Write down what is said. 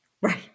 Right